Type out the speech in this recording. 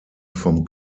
vom